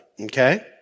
okay